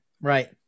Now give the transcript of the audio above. Right